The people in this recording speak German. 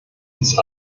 uns